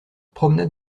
promenade